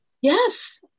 Yes